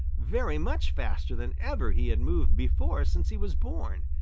very much faster than ever he had moved before since he was born.